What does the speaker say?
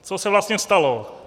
Co se vlastně stalo?